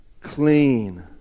clean